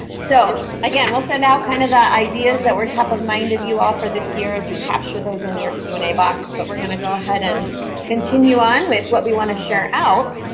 so, again, we'll send out kind of the ideas that were top of mind of you all for this year as we capture those in your q and a box, but we're going to go ahead and continue on with what we want to share out.